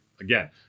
Again